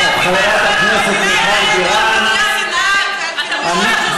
העוצמה הביטחונית,